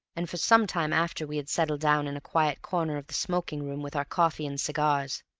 and for some time after we had settled down in a quiet corner of the smoking-room with our coffee and cigars.